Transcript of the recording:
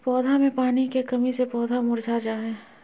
पौधा मे पानी के कमी से पौधा मुरझा जा हय